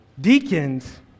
Deacons